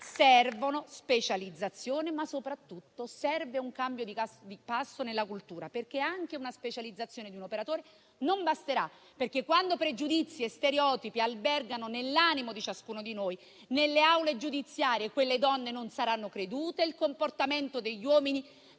serve specializzazione, ma soprattutto serve un cambio di passo nella cultura, perché anche la specializzazione di un operatore non basterà. Quando pregiudizi e stereotipi albergano nell'animo di ciascuno di noi, nelle aule giudiziarie quelle donne non saranno credute, il comportamento degli uomini